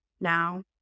now